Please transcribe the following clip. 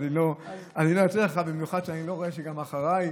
כשאני לא רואה שגם אחריי